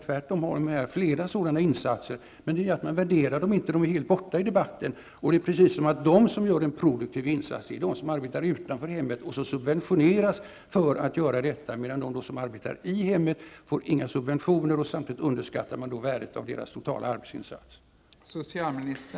Tvärtom, det blir flera sådana insatser, men dessa insatser värderas inte, utan de har kommit bort i debatten. Det förefaller precis som att de som gör en produktiv insats är de som subventioneras för att arbeta utanför hemmet, medan de som arbetar i hemmet inte får några subventioner, samtidigt som värdet av deras totala arbetsinsats underskattas.